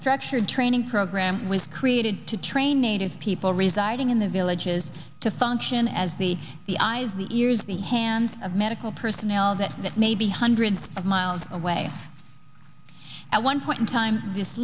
structured training program was created to train native people residing in the villages to function as the the eyes the ears the hands of medical personnel that that may be hundreds of miles away at one point in time this